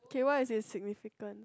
K what is it's significance